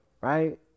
Right